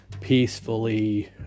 peacefully